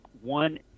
one